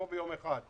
לא ביום אחד.